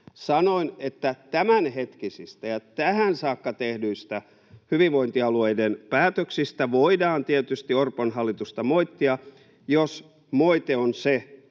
Sanoin, että tämänhetkisistä ja tähän saakka tehdyistä hyvinvointialueiden päätöksistä voidaan tietysti Orpon hallitusta moittia, jos moite on se,